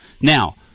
Now